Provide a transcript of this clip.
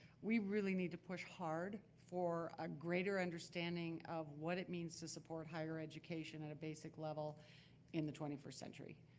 we really need to push hard for a greater understanding of what it means to support higher education at a basic level in the twenty first century.